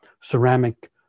ceramic